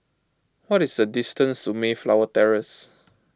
what is the distance to Mayflower Terrace